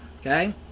Okay